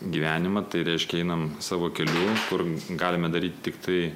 gyvenimą tai reiškia einam savo keliu kur galime daryt tiktai